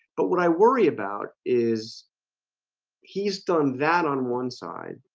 but what i worry about is he's done that on one side.